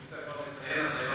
אם אתה מציין, אז היום,